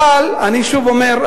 אבל אני שוב אומר,